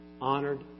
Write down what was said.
honored